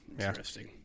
Interesting